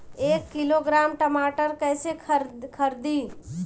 एक किलोग्राम टमाटर कैसे खरदी?